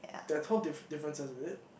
there are twelve diff~ differences is it